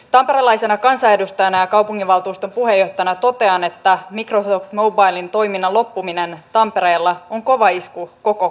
tamperelaisena kansanedustajana ja kaupunginvaltuuston puheenjohtajana totean että microsoft mobilen toiminnan loppuminen tampereella on kova isku koko kaupungille